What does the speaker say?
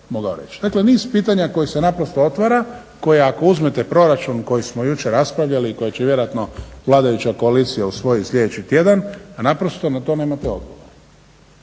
Dakle, niz pitanja koji se naprosto otvara, koje ako uzmete proračun koji smo jučer raspravljali i koji će vjerojatno vladajuća koalicija usvojiti sljedeći tjedan naprosto na to nemate odgovor.